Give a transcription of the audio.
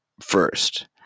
first